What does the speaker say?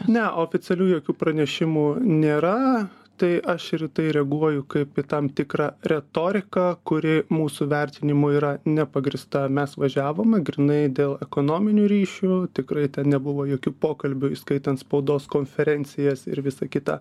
ne oficialių jokių pranešimų nėra tai aš ir į tai reaguoju kaip į tam tikrą retoriką kuri mūsų vertinimu yra nepagrįsta mes važiavome grynai dėl ekonominių ryšių tikrai ten nebuvo jokių pokalbių įskaitant spaudos konferencijas ir visa kita